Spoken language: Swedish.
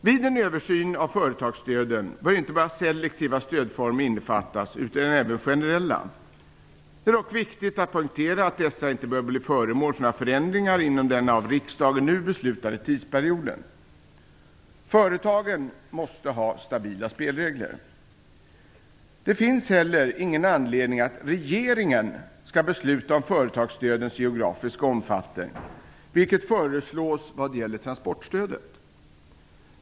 Vid en översyn av företagsstöden bör inte bara selektiva stödformer innefattas utan även generella. Det är dock viktigt att poängtera att dessa inte bör bli föremål för några förändringar inom den av riksdagen nu beslutade tidsperioden. Företagen måste ha stabila spelregler. Det finns heller ingen anledning att regeringen skall besluta om företagsstödens geografiska omfattning, vilket föreslås vad gäller transportstödet.